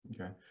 Okay